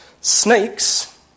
Snakes